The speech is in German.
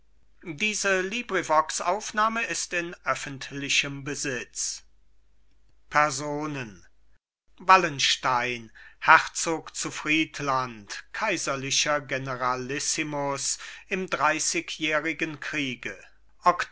personen wallenstein herzog zu friedland kaiserlicher generalissimus im dreißigjährigen kriege